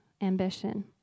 ambition